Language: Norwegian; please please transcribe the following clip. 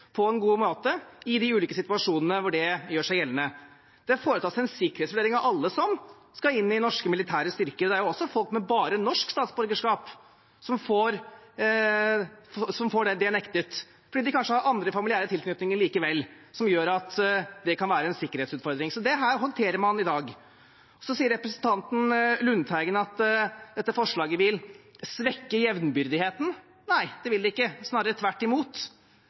på en god måte i de ulike situasjonene hvor de gjør seg gjeldende. Det foretas en sikkerhetsvurdering av alle som skal inn i norske militære styrker, og det er også folk med bare norsk statsborgerskap som blir nektet, fordi de kanskje har andre familiære tilknytninger likevel som gjør at det kan være en sikkerhetsutfordring. Dette håndterer man i dag. Representanten Lundteigen sier at dette forslaget vil svekke jevnbyrdigheten. Nei, det vil det ikke, snarere tvert imot.